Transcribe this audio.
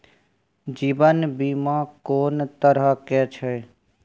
जीवन बीमा कोन तरह के छै?